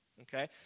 Okay